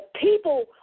people